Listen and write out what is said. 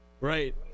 Right